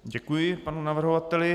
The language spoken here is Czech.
Děkuji panu navrhovateli.